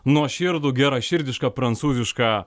nuoširdų geraširdišką prancūzišką